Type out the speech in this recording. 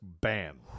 bam